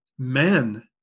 men